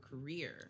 career